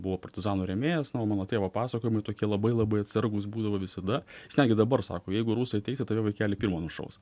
buvo partizanų rėmėjas na o mano tėvo pasakojimai tokie labai labai atsargūs būdavo visada jis netgi dabar sako jeigu rusai ateis jie tave vaikeli pirmą nušaus